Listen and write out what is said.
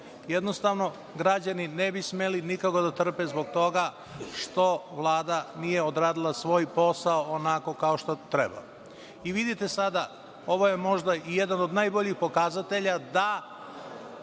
Jednostavno, građani ne bi smeli nikako da trpe zbog toga što Vlada nije odradila svoj posao onako kao što treba. Vidite sada, ovo je možda i jedan od najboljih pokazatelja da